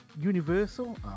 universal